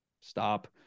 Stop